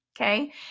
Okay